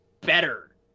better